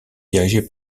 dirigée